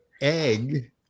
egg